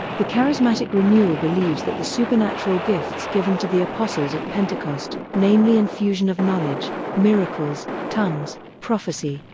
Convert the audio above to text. the charismatic renewal believes that the supernatural gifts given to the apostles at pentecost namely infusion of knowledge, miracles, tongues, prophecy,